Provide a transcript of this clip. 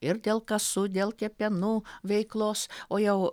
ir dėl kasų dėl kepenų veiklos o jau